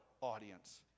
audience